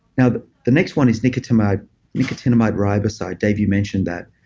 now, the the next one is nicotinamide nicotinamide riboside. dave, you mentioned that.